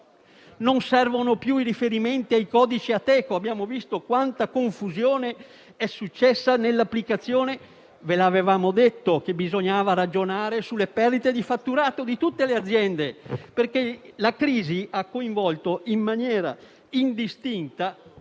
non servono più i riferimenti ai codici Ateco. Abbiamo visto quanta confusione è successa nell'applicazione e ve l'avevamo detto che bisognava ragionare sulle perdite di fatturato di tutte le aziende perché la crisi ha coinvolto in maniera indistinta